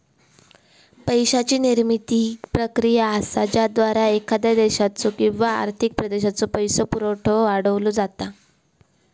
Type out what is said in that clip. पैशाची निर्मिती ही प्रक्रिया असा ज्याद्वारा एखाद्या देशाचो किंवा आर्थिक प्रदेशाचो पैसो पुरवठा वाढवलो जाता